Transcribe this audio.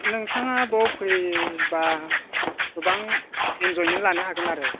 नोंथाङा बेयाव फैयोबा गोबां इनजयमेन्ट लानो हागोन आरो